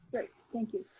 great, thank you.